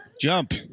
Jump